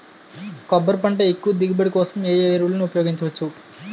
కొబ్బరి పంట ఎక్కువ దిగుబడి కోసం ఏ ఏ ఎరువులను ఉపయోగించచ్చు?